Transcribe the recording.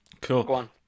Cool